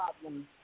problems